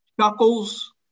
Chuckles